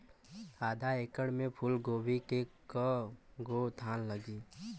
आधा एकड़ में फूलगोभी के कव गो थान लागी?